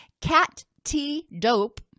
CAT-T-DOPE